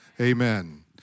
Amen